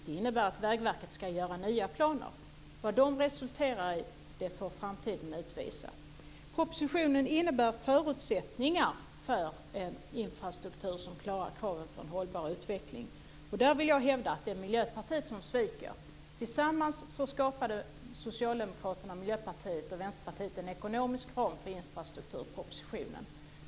Det innebär att Vägverket ska göra nya planer. Vad de resulterar i får framtiden utvisa. Propositionen innebär förutsättningar för en infrastruktur som klarar kraven för en hållbar utveckling. Där vill jag hävda att det är Miljöpartiet som sviker. Tillsammans skapade Socialdemokraterna, Miljöpartiet och Vänsterpartiet en ekonomisk ram för infrastrukturpropositionen.